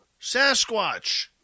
sasquatch